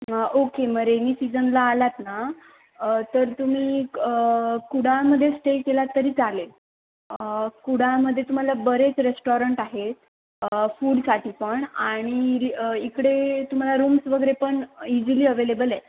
okay मग rainy सीझनला आलात ना तर तुम्ही कुडाळमध्ये स्टे केलात तरी चालेल कुडाळमध्ये तुम्हाला बरेच रेस्टॉरंट आहेत फूडसाठी पण आणि इकडे तुम्हाला रूम्स वगैरे पण इझिली अवेलेबल आहेत